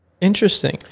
Interesting